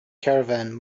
caravan